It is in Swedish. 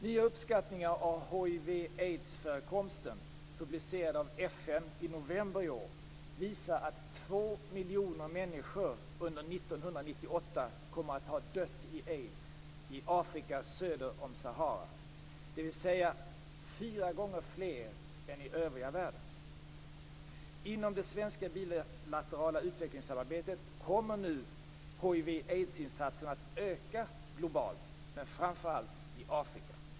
Nya uppskattningar av hiv aids-insatserna att öka globalt, men framför allt i Afrika.